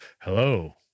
Hello